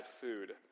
food